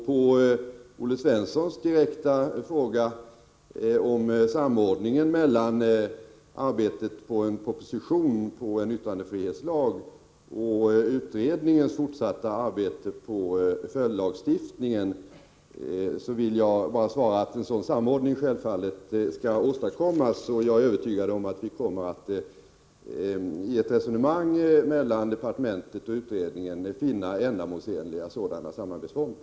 På Olle Svenssons direkta fråga om samordningen mellan arbetet på en proposition om yttrandefrihetslag och utredningens fortsatta arbete med följdlagstiftningen, vill jag svara att en sådan samordning självfallet skall åstadkommas. Jag är övertygad om att vi i ett resonemang mellan departementet och utredningen kommer att finna ändamålsenliga sådana samarbetsformer.